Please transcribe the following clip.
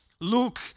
Luke